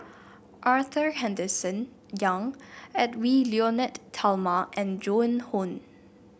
Arthur Henderson Young Edwy Lyonet Talma and Joan Hon